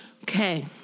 Okay